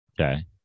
Okay